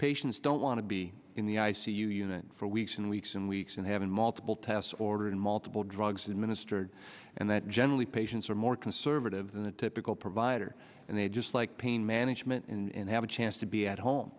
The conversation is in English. patients don't want to be in the i c u unit for weeks and weeks and weeks and having multiple tests ordered multiple drugs administered and that generally patients are more conservative than a typical provider and they just like pain management and have a chance to be at home